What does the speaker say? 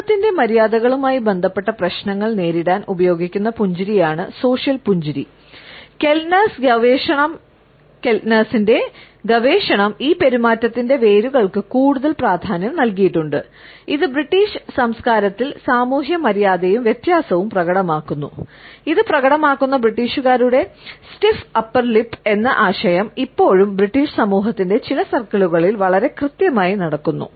സമൂഹത്തിന്റെ മര്യാദകളുമായി ബന്ധപ്പെട്ട പ്രശ്നങ്ങൾ നേരിടാൻ ഉപയോഗിക്കുന്ന പുഞ്ചിരിയാണ് സോഷ്യൽ എന്ന ആശയം ഇപ്പോഴും ബ്രിട്ടീഷ് സമൂഹത്തിന്റെ ചില സർക്കിളുകളിൽ വളരെ കൃത്യമായി നടക്കുന്നു